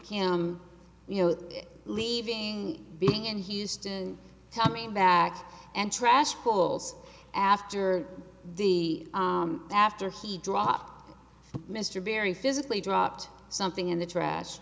him you know leaving being in houston coming back and trash tools after the after he dropped mr berry physically dropped something in the trash